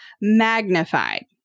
magnified